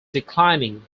declining